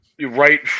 Right